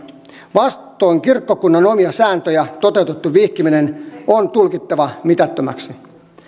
vastoin kirkkokunnan omia sääntöjä toteutettu vihkiminen on tulkittava mitättömäksi